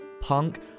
punk